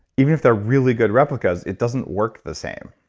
even if they're really good replicas, it doesn't work the same.